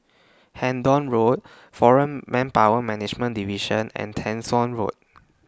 Hendon Road Foreign Manpower Management Division and Tessensohn Road